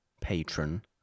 patron